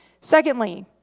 Secondly